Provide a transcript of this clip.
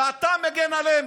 שאתה מגן עליהם.